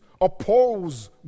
oppose